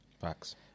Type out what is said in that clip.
Facts